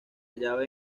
hallaba